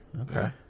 Okay